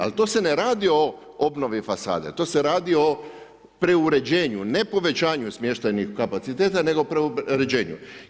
Ali to se ne radi o obnovi fasade, to se radi o preuređenju, ne povećanju smještajnih kapaciteta nego preuređenju.